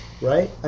right